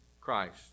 Christ